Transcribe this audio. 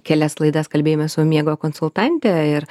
kelias laidas kalbėjome su miego konsultante ir